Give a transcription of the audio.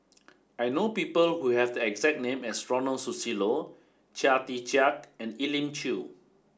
I know people who have the exact name as Ronald Susilo Chia Tee Chiak and Elim Chew